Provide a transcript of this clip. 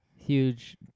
huge